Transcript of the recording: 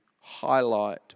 highlight